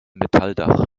metalldach